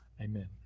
Amen